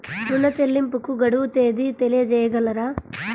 ఋణ చెల్లింపుకు గడువు తేదీ తెలియచేయగలరా?